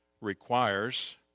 requires